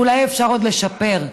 אולי אפשר עוד לשפר,